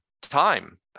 time